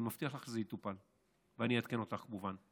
אני מבטיח לך שזה יטופל, ואני אעדכן אותך, כמובן.